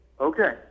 Okay